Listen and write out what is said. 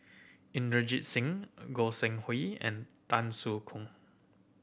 Inderjit Singh Goi Seng Hui and Tan Soo Khoon